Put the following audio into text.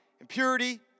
impurity